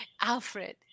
Alfred